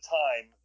time